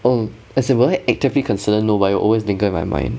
oh as in will I actively consider no but it will always dangle in my mind